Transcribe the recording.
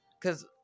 Cause